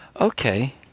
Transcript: okay